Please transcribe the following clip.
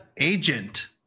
Agent